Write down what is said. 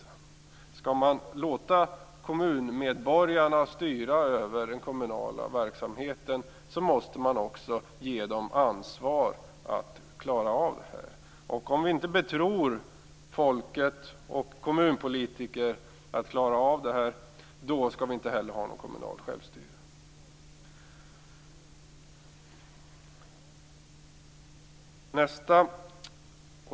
Om man skall låta kommunmedborgarna styra över den kommunala verksamheten måste man också ge dem ansvar för detta. Om vi inte betror folket och kommunpolitiker att klara av detta, skall vi inte heller ha något kommunalt självstyre.